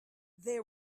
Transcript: they